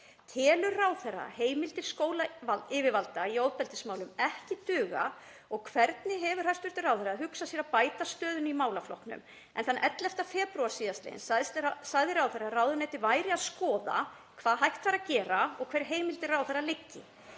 Telur ráðherra heimildir skólayfirvalda í ofbeldismálum ekki duga? Og hvernig hefur hæstv. ráðherra hugsað sér að bæta stöðuna í málaflokknum? Þann 11. febrúar síðastliðinn sagði ráðherra að ráðuneytið væri að skoða hvað hægt væri að gera og hvernig heimildir ráðherra liggi.